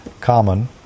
common